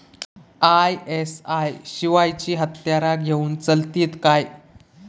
ISI शिवायची हत्यारा घेऊन चलतीत काय?